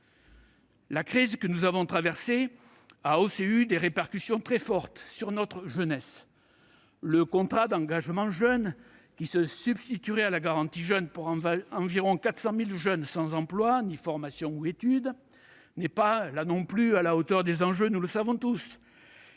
La crise que nous avons traversée a aussi eu des répercussions très fortes sur la jeunesse. Le contrat d'engagement jeune qui se substituerait à la garantie jeunes pour environ 400 000 jeunes sans emploi ni formation ou études n'est pas à la hauteur des enjeux, comme nous le savons tous.